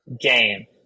game